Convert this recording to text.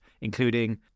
including